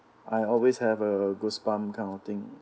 I always have uh goosebump kind of thing